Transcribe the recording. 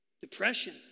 Depression